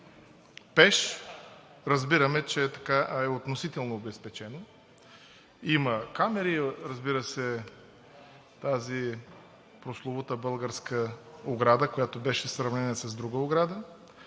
пеш, разбираме, че е относително обезпечено – има камери и, разбира се, тази прословута българска ограда, която беше сравнена с друга ограда,